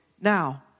now